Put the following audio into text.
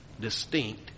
distinct